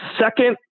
second